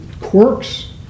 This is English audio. quirks